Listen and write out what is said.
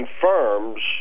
confirms